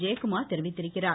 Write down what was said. Jayakumar தெரிவித்திருக்கிறர்